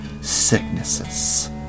sicknesses